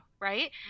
right